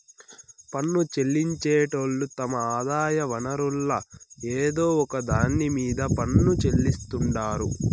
పన్ను చెల్లించేటోళ్లు తమ ఆదాయ వనరుల్ల ఏదో ఒక దాన్ని మీద పన్ను చెల్లిస్తాండారు